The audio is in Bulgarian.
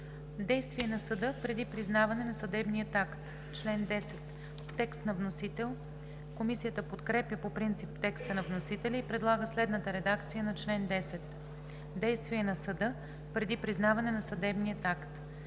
„Действия на съда преди признаване на съдебния акт“ – чл. 10, текст на вносителя. Комисията подкрепя по принцип текста на вносителя и предлага следната редакция на чл. 10: „Действия на съда преди признаване на съдебния акт